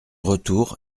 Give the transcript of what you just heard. retour